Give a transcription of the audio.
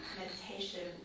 meditation